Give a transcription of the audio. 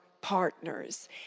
partners